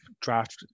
draft